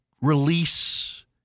release